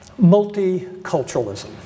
multiculturalism